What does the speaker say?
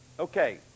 Okay